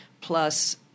plus